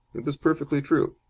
it was perfectly true.